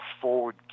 forward